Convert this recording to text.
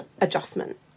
adjustment